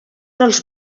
els